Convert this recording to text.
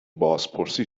بازپرسی